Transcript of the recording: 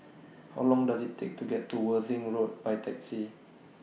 How Long Does IT Take to get to Worthing Road By Taxi